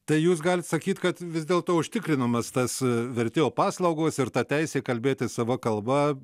tai jūs galit sakyt kad vis dėlto užtikrinamas tas vertėjo paslaugos ir ta teisė kalbėti sava kalba